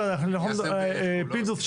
פינדרוס,